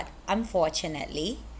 unfortunately